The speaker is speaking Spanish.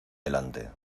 delante